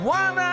one